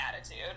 attitude